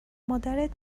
مادرت